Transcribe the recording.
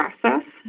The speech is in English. process